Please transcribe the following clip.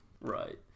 Right